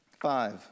Five